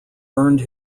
earned